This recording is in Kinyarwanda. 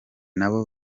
nabo